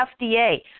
FDA